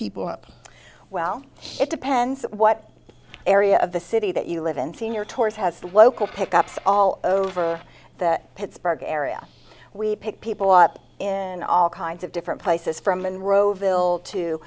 people up well it depends what area of the city that you live in sr tours has the local pick ups all over that pittsburgh area we pick people up in all kinds of different places from monroeville to